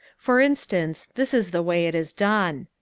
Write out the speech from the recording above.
for instance, this is the way it is done.